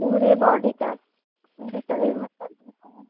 पूरे बॉडी का पूरे शरीर में बहुत है